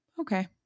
Okay